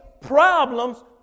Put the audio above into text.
problems